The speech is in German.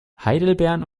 heidelbeeren